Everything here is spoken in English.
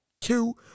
two